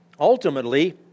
Ultimately